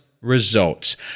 results